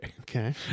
Okay